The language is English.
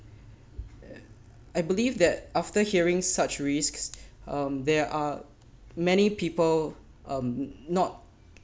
I believe that after hearing such risks um there are many people um not